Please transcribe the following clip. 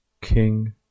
king